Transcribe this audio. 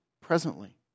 presently